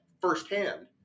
firsthand